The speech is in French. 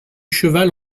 cheval